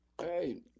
Hey